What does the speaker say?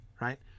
right